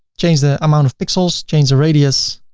change the amount of pixels, change the radius